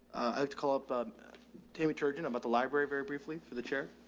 i have to call up um tammy turgeon. i'm at the library of very briefly for the chair.